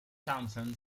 townsend